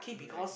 you are right